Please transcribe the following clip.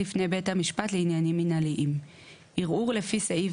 לפני בית המשפט לעניינים מינהליים; ערעור לפי סעיף